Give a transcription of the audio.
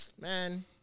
man